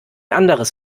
anderes